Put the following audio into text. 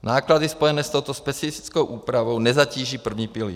Náklady spojené s touto specifickou úpravou nezatíží první pilíř.